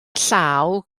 llaw